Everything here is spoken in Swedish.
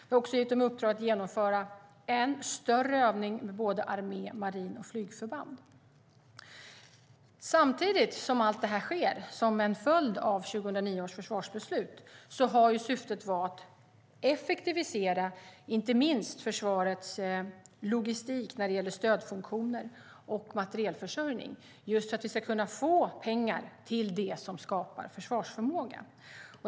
Vi har också givit dem i uppdrag att genomföra en större övning med armé, marin och flygförband. Samtidigt som allt det här sker som en följd av 2009 års försvarsbeslut har ju syftet varit att effektivisera inte minst försvarets logistik när det gäller stödfunktioner och materielförsörjning, just för att vi ska kunna få pengar till det som skapar försvarsförmåga.